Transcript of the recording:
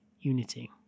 unity